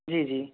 جی جی